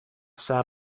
sat